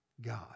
God